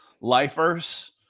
lifers